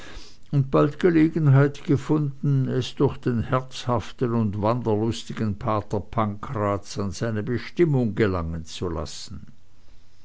und bald gelegenheit gefunden es durch den herzhaften und wanderlustigen pater pancraz an seine bestimmung gelangen zu lassen